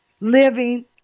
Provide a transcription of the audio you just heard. living